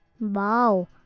Wow